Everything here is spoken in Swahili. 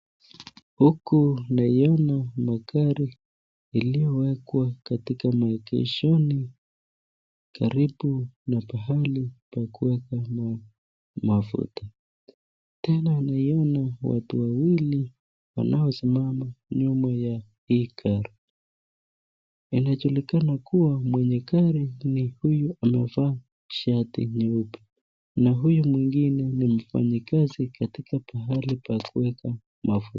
Huku naiona magari iliyo wekwa katika maegeshoni karibu na pahali pa kuweka mafuta. Tena naiona watu wawili wanaosimama nyuma ya hii gari. Inajulikana kuwa mwenye gari ni huyu amevaa shati nyeupe na huyu mwingine ni mfanyikazi katika pahali pa kuweka mafuta.